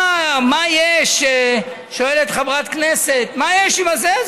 מה, מה יש, שואלת חברת כנסת, מה יש בזה?